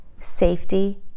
safety